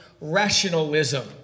rationalism